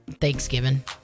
Thanksgiving